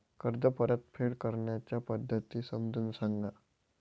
कर्ज परतफेड करण्याच्या पद्धती समजून सांगा